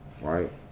Right